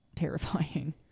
terrifying